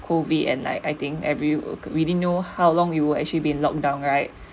COVID and like I think every we didn't know how long we will actually be locked down right